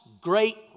great